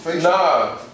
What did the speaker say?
Nah